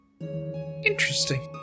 interesting